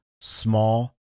small